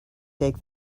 take